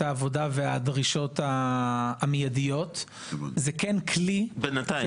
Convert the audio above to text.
העבודה והדרישות המיידיות --- בינתיים,